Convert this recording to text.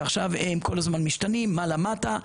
ועכשיו הם כל הזמן משתנים מעלה מטה,